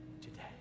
today